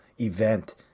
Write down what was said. event